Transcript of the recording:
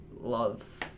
love